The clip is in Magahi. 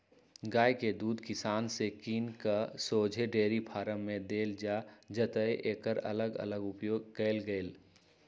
गाइ के दूध किसान से किन कऽ शोझे डेयरी फारम में देल जाइ जतए एकर अलग अलग उपयोग कएल गेल